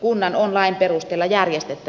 kunnan on lain perusteella järjestettävä näitä palveluita